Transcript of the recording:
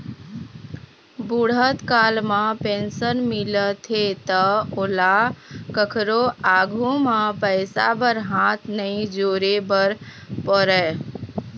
बूढ़त काल म पेंशन मिलथे त ओला कखरो आघु म पइसा बर हाथ नइ जोरे बर परय